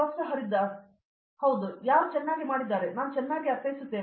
ಪ್ರತಾಪ್ ಹರಿದಾಸ್ ಹೌದು ಮತ್ತು ಯಾರು ಚೆನ್ನಾಗಿ ಮಾಡಿದ್ದಾರೆ ನಾನು ಚೆನ್ನಾಗಿ ಅರ್ಥೈಸುತ್ತೇನೆ